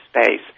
space